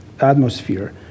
atmosphere